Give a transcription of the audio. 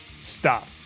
stop